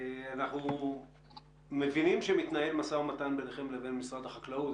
אנחנו מבינים שמתנהל משא ומתן ביניכם לבין משרד החקלאות.